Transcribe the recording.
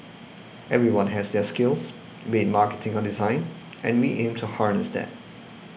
everyone has their skills be it marketing on design and we aim to harness that